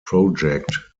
project